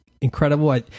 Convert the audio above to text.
incredible